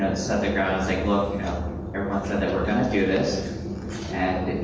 set the ground and say, look, you know, everyone said that we're going to do this and,